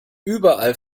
überall